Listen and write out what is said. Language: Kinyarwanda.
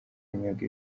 imyuga